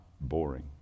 boring